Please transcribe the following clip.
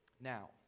now